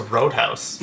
Roadhouse